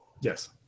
Yes